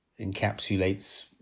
encapsulates